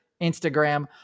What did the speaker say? Instagram